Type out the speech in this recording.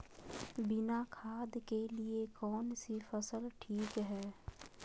बिना खाद के लिए कौन सी फसल ठीक है?